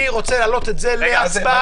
אני רוצה להעלות את זה להצבעה.